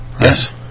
Yes